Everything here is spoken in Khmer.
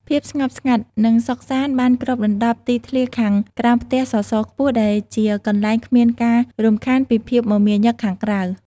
ភាពស្ងប់ស្ងាត់ និងសុខសាន្តបានគ្របដណ្ដប់ទីធ្លាខាងក្រោមផ្ទះសសរខ្ពស់ ដែលជាកន្លែងគ្មានការរំខានពីភាពមមាញឹកខាងក្រៅ។